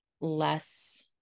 less